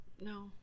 no